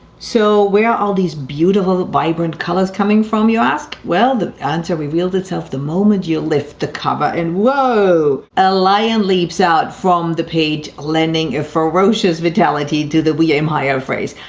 so where are all these beautiful vibrant colors coming from, you ask. well the answer reveals itself the moment you lift the cover and whoa! a lion leaps out from the page, lending a ferocious vitality to the we aim higher phrase,